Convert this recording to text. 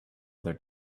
other